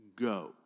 go